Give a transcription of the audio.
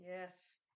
Yes